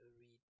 read